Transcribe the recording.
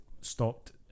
stopped